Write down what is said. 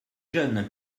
jeunes